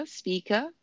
speaker